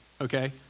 okay